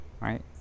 right